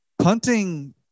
punting